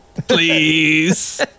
please